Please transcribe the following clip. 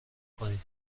کنی